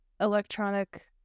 electronic